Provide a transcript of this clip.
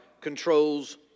controls